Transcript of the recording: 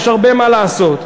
יש הרבה מה לעשות,